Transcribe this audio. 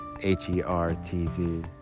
H-E-R-T-Z